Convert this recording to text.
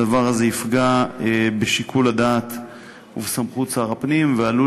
הדבר הזה יפגע בשיקול הדעת ובסמכות שר הפנים ועלול